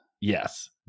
Yes